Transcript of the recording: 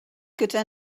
gyda